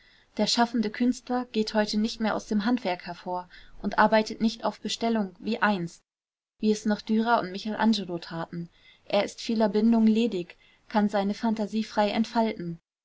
der schaffende künstler geht heute nicht mehr aus dem handwerk hervor und arbeitet nicht auf bestellung wie einst wie es noch dürer und michelangelo taten er ist vieler bindungen ledig kann seine phantasie frei entfalten